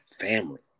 family